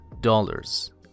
dollars